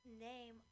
name